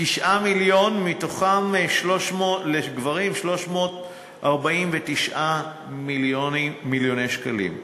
9 מיליון, ולגברים 349 מיליון שקלים.